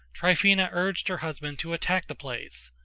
tryphena urged her husband to attack the place.